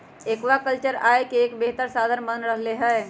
aquaculture आय के एक बेहतर साधन बन रहले है